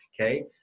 okay